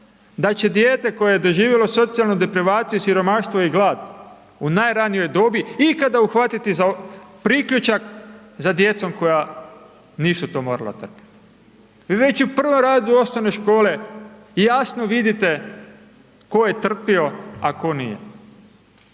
da će dijete, koja je doživjela socijalnu deprivaciju, siromaštvo i glad, u najranijoj dobi, ikada uhvatiti za priključak, za djecom koja nisu to morala trpiti. I već u prvom razredu OŠ jasno vidite tko je trpio, a tko nije.